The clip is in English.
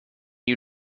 you